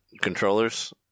controllers